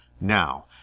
Now